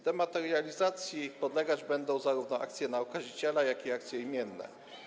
Dematerializacji podlegać będą zarówno akcje na okaziciela, jak i akcje imienne.